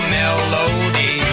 melody